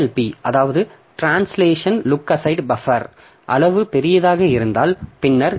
B அதாவது translation lookaside buffer அளவு பெரியதாக இருந்தால் பின்னர் டி